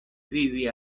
vivi